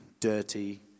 dirty